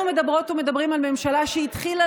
אנחנו מדברות ומדברים על ממשלה שהתחילה